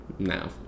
No